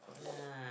nah